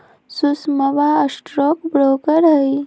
सुषमवा stock broker हई